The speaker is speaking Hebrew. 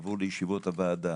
תבואו לישיבות הוועדה.